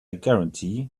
guarantee